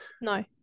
no